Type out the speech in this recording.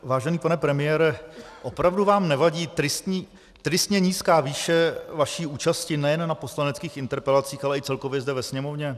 Vážený pane premiére, opravdu vám nevadí tristně nízká výše vaší účasti nejen na poslaneckých interpelacích, ale i celkově zde ve Sněmovně?